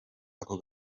ako